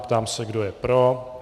Ptám se, kdo je pro.